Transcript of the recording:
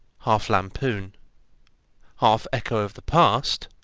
half lampoon half echo of the past,